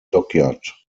dockyard